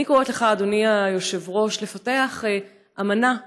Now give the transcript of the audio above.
אני קוראת לך, אדוני היושב-ראש, לפתח אמנה בינינו,